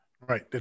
right